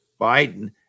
Biden